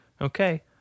Okay